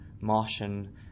Martian